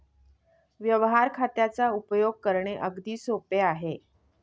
व्यवहार खात्याचा उपयोग करणे अगदी सोपे आहे